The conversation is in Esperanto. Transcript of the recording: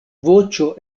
voĉo